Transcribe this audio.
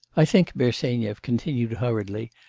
i think bersenyev continued hurriedly,